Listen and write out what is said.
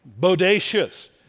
bodacious